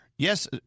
Yes